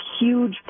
huge